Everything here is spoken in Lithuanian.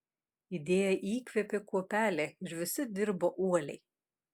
idėja įkvėpė kuopelę ir visi dirbo uoliai